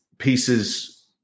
Pieces